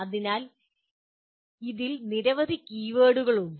അതിനാൽ ഇതിൽ നിരവധി കീവേഡുകൾ ഉണ്ട്